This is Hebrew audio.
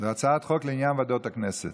זו הצעת חוק לעניין ועדות הכנסת.